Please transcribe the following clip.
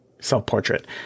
self-portrait